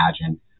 imagine